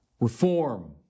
Reform